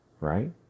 right